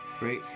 right